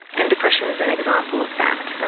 and depression is an example of that.